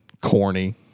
corny